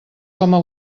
coma